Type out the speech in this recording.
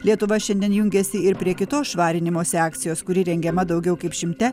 lietuva šiandien jungiasi ir prie kitos švarinimosi akcijos kuri rengiama daugiau kaip šimte